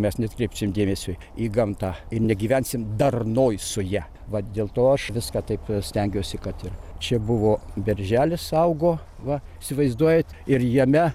mes neatkreipsim dėmesio į gamtą ir negyvensim darnoj su ja vat dėl to aš viską taip stengiuosi kad ir čia buvo berželis augo va įsivaizduojat ir jame